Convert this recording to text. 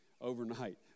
overnight